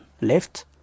left